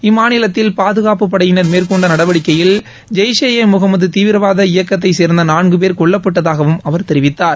இம்மாநிலத்தில் பாதுகாப்புப்படையினர் மேற்கொண்ட நடவடிக்கையில் ஜெய்ஷ் ஏ முகமது தீவிரவாத இயக்கத்தைச் சேர்ந்த நான்கு பேர் கொல்லப்பட்டதாகவும் அவர் தெரிவித்தார்